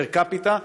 פר-קפיטה,